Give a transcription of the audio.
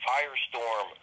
Firestorm